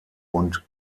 und